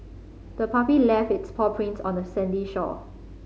the puppy left its paw prints on the sandy shore